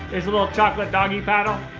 it's a little chocolate doggy paddle.